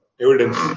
evidence